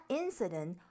incident